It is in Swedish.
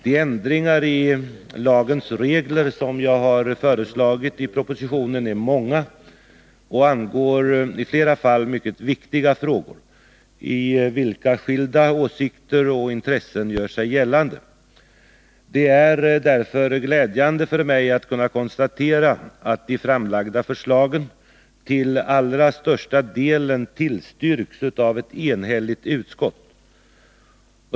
De ändringar i lagens regler som jag har föreslagit i propositionen är många och angår i flera fall mycket viktiga frågor i vilka skilda åsikter och intressen gör sig gällande. Det är därför glädjande för mig att kunna konstatera att de framlagda förslagen till allra största delen tillstyrks av ett enhälligt utskott.